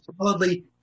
solidly